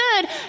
good